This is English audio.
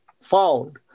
found